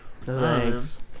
Thanks